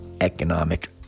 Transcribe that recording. economic